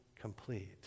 complete